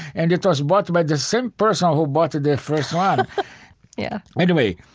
and it was bought by the same person who bought the first one yeah anyway,